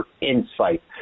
insight